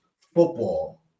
football